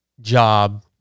job